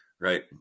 right